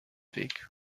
weg